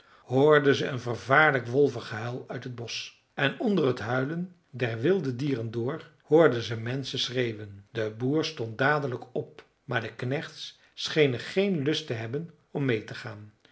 hoorden ze een vervaarlijk wolvengehuil uit het bosch en onder het huilen der wilde dieren door hoorden ze menschen schreeuwen de boer stond dadelijk op maar de knechts schenen geen lust te hebben om meê te gaan